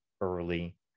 early